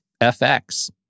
FX